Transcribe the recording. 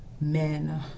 men